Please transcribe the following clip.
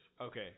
Okay